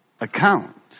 account